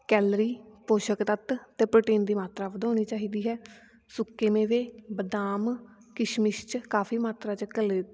calorie ਪੋਸ਼ਕ ਤੱਤ ਅਤੇ ਪ੍ਰੋਟੀਨ ਦੀ ਮਾਤਰਾ ਵਧਾਉਣੀ ਚਾਹੀਦੀ ਹੈ ਸੁੱਕੇ ਮੇਵੇ ਬਦਾਮ ਕਿਸ਼ਮਿਸ਼ 'ਚ ਕਾਫੀ ਮਾਤਰਾ 'ਚ ਕਲੇ